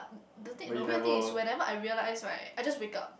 the thing the weird thing is whenever I realised why I just wake up